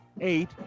eight